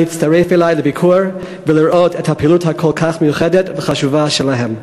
להצטרף אלי לביקור ולראות את הפעילות הכל-כך מיוחדת והחשובה שלהם.